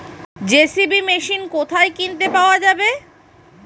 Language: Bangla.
জে.সি.বি মেশিন কোথায় কিনতে পাওয়া যাবে?